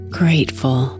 grateful